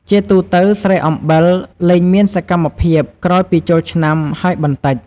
ជាទូទៅស្រែអំបិលលែងមានសកម្មភាពក្រោយពីចូលឆ្នាំហើយបន្តិច។